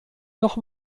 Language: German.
noch